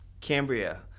Cambria